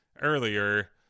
earlier